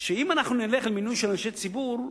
שאם נלך למינוי של אנשי ציבור,